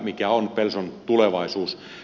mikä on pelson tulevaisuus